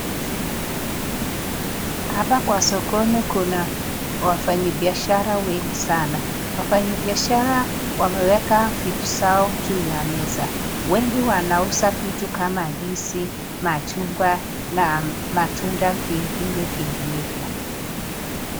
Hapa kwa sokoni kuna wafanyi biashara wengi sana ,wafanyi biashara wameweka vitu zao juu ya meza ,wengi wanauza vitu kama ndizi ,machugwa na matunda vingine vinginevyo.